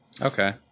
Okay